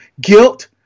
guilt